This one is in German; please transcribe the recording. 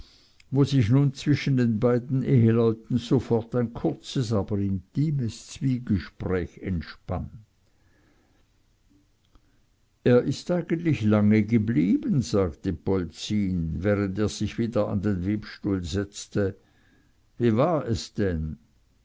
wo sich nun zwischen den beiden eheleuten sofort ein kurzes aber intimes zwiegespräch entspann er ist eigentlich lange geblieben sagte polzin während er sich wieder an den webstuhl setzte wie war es denn